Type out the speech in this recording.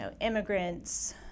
immigrants